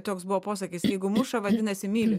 toks buvo posakis jeigu muša vadinasi myli